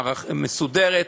מסודרת,